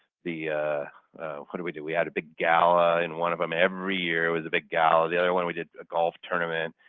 what did we do? we had a big gala and one of them every year was a big gala. the other one we did a golf tournament.